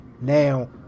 now